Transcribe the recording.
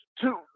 Two